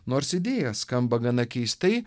nors idėja skamba gana keistai